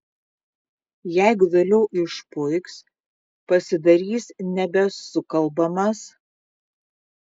jeigu vėliau išpuiks pasidarys nebesukalbamas